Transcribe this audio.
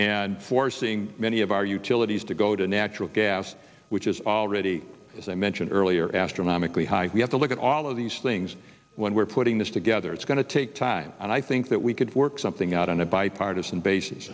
and forcing many of our utilities to go to natural gas which is already as i mentioned earlier astronomically high we have to look at all of these things when we're putting this together it's going to take time and i think that we could work something out on a bipartisan basis